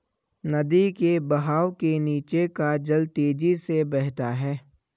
नदी के बहाव के नीचे का जल तेजी से बहता है